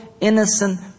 innocent